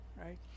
right